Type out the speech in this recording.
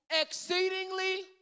exceedingly